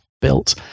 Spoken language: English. built